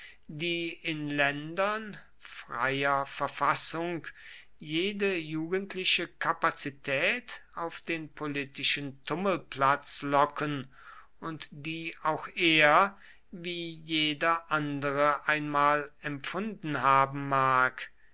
die in ländern freier verfassung jede jugendliche kapazität auf den politischen tummelplatz locken und die auch er wie jeder andere einmal empfunden haben mag